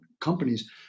companies